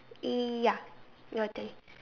ya your turn